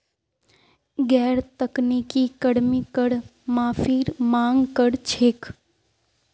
गैर तकनीकी कर्मी कर माफीर मांग कर छेक